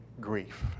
grief